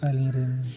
ᱟᱹᱞᱤᱧ ᱨᱮᱱ